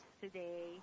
today